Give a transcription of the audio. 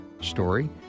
story